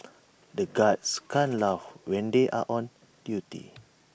the guards can't laugh when they are on duty